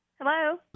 Hello